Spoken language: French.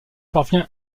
parvient